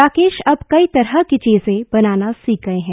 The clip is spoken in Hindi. राकेश अब कई तरह की चीजें बनाना सीख गए हैं